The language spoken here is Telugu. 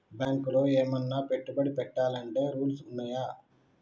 బ్యాంకులో ఏమన్నా పెట్టుబడి పెట్టాలంటే రూల్స్ ఉన్నయా?